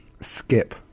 skip